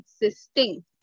existing